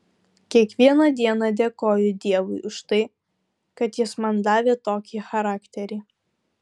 kiekvieną dieną dėkoju dievui už tai kad jis man davė tokį charakterį